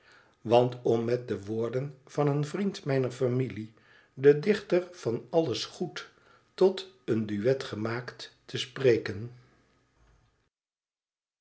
want om met de woorden van een vriend mijner familie den dichter van alles goed tot een duet gemaakt te spreken